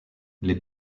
les